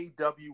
AW